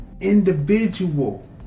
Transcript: individual